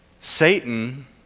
Satan